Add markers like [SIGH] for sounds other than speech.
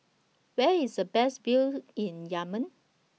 Where IS The Best View [NOISE] in Yemen